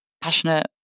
passionate